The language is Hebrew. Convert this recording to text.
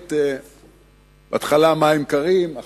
החליט בהתחלה מים קרים,